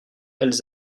elles